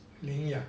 领养